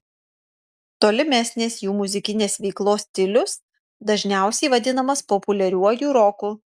tolimesnės jų muzikinės veiklos stilius dažniausiai vadinamas populiariuoju roku